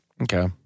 Okay